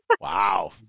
Wow